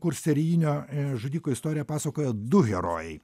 kur serijinio žudiko istoriją pasakoja du herojai